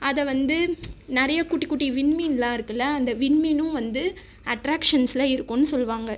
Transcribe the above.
அதை வந்து நிறைய குட்டி குட்டி விண்மீன்லாம் இருக்கும்ல்ல அந்த விண்மீனும் வந்து அட்ராக்ஷன்ஸில் இருக்கும்ன்னு சொல்லுவாங்க